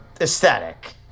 aesthetic